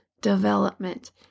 development